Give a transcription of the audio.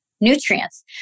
nutrients